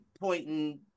pointing